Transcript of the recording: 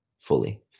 fully